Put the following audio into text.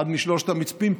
אחד משלושת המצפים,